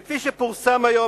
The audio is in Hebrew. כפי שפורסם היום,